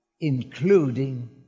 including